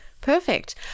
Perfect